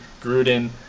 Gruden